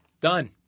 Done